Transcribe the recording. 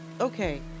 okay